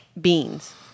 beans